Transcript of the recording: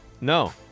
No